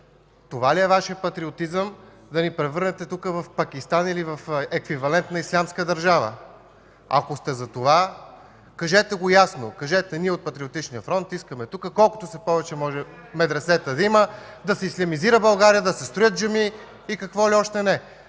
Това ли е Вашият патриотизъм – да ни превърнете тук в Пакистан или в еквивалент на „Ислямска държава”? Ако сте за това, кажете го ясно. Кажете: „Ние от Патриотичния фронт искаме тук колкото се може повече медресета да има (шум и реплики от ПФ), да се ислямизира България, да се строят джамии и какво ли още не”.